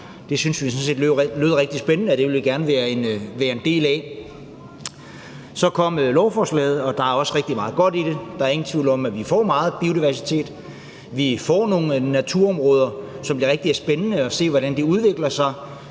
Det syntes vi sådan set lød rigtig spændende, og det ville vi gerne være en del af. Så kom lovforslaget, og der er også rigtig meget godt i det. Der er ingen tvivl om, at vi får meget biodiversitet, og at vi får nogle naturområder, og det bliver rigtig spændende at se, hvordan det udvikler sig.